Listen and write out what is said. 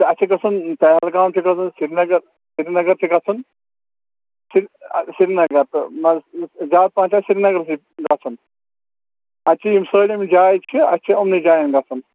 اَسہِ چھُ گژھُن پہلگام چھُ گژھُن سرینگر سرینگر چھِ گژھُن سر سرینگر تہٕ زیادٕ پَہَن چھُ اَسہِ سرینگرَسٕے گژھُن اَتہِ چھِ یِم سٲلِم جایہِ چھِ اَسہِ چھِ یِمنٕے جایَن گژھُن